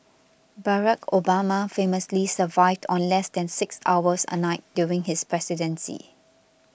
Barack Obama famously survived on less than six hours a night during his presidency